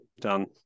Done